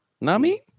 Nami